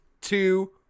two